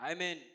Amen